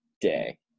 day